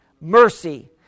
Mercy